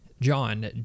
John